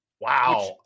Wow